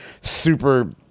super